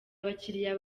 abakiriya